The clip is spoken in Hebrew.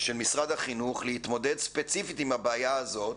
של משרד החינוך להתמודד ספציפית עם הבעיה הזאת